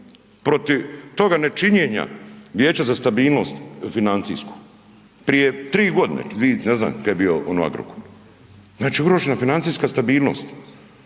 protiv toga nečinjena Vijeća za stabilnost financijsku, prije tri godine, dvije ne znam kad je bio ono Agrokor. Znači ugrožena financijska stabilnost,